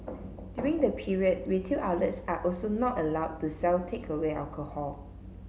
during the period retail outlets are also not allowed to sell takeaway alcohol